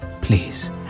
Please